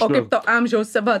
o kaip to amžiaus va